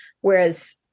Whereas